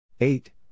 eight